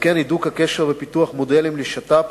וכן הידוק הקשר ופיתוח מודלים לשיתוף